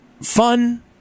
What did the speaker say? fun